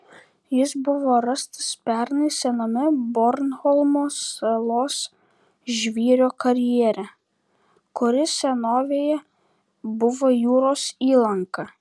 jis buvo rastas pernai sename bornholmo salos žvyro karjere kuris senovėje buvo jūros įlanka